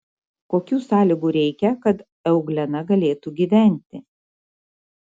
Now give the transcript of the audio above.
kokių sąlygų reikia kad euglena galėtų gyventi